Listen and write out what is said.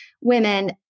women